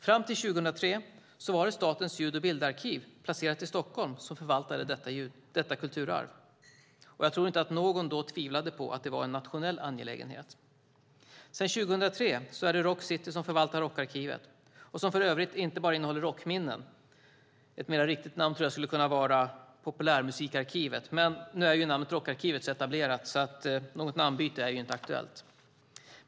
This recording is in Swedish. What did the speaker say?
Fram till 2003 var det Statens ljud och bildarkiv, placerat i Stockholm, som förvaltade detta kulturarv. Jag tror inte att någon då tvivlade på att det var en nationell angelägenhet. Sedan 2003 är det Rock City som förvaltar Rockarkivet, som för övrigt inte bara innehåller rockminnen. Ett mer riktigt namn tror jag skulle kunna vara populärmusikarkivet. Men nu är namnet Rockarkivet så etablerat att något namnbyte inte är aktuellt.